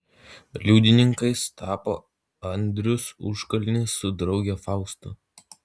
liudininkais tapo andrius užkalnis su drauge fausta